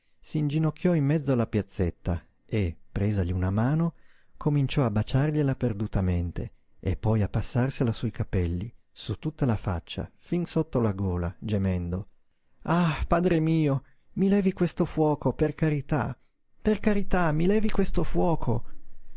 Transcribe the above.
dalla chiesa s'inginocchiò in mezzo alla piazzetta e presagli una mano cominciò a baciargliela perdutamente e poi a passarsela sui capelli su tutta la faccia fin sotto la gola gemendo ah padre mio mi levi questo fuoco per carità per carità mi levi questo fuoco